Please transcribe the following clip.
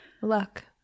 Luck